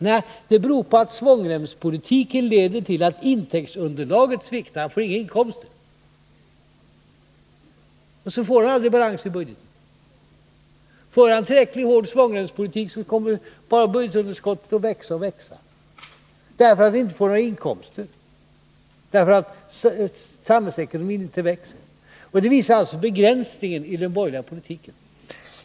Nej, det beror på att svångremspolitiken leder till att intäktsunderlaget sviktar — Rolf Wirtén får inte några inkomster, och så får han aldrig balans i budgeten. För man en tillräckligt hård svångremspolitik kommer budgetunderskottet bara att växa och växa, därför att vi inte får några inkomster, därför att samhällsekonomin inte växer. Det visar alltså begränsningen i den borgerliga politiken.